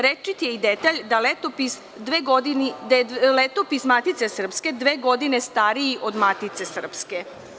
Rečit je i detalj da je Letopis Matice srpske dve godine stariji od Matice srpske.